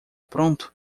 pronto